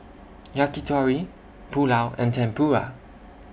Yakitori Pulao and Tempura